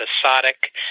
episodic